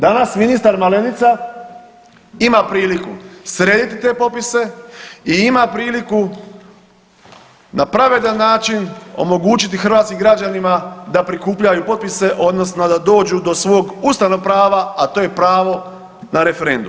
Danas ministar Malenica ima priliku srediti te popise i ima priliku na pravedan način omogućiti hrvatskim građanima da prikupljaju potpise odnosno da dođu do svog ustavnog prava, a to je pravo na referendum.